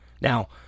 Now